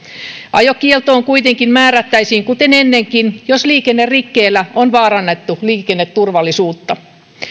ajokieltoon kuitenkin määrättäisiin kuten ennenkin jos liikennerikkeellä on vaarannettu liikenneturvallisuutta